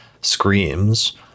screams